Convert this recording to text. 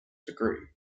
degree